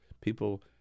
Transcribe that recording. people